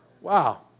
Wow